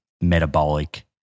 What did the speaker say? metabolic